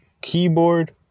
keyboard